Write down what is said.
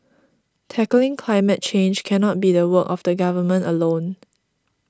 tackling climate change cannot be the work of the government alone